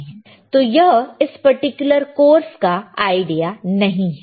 तो यह इस पर्टिकुलर कोर्स का आईडिया नहीं है